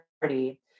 party